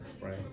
right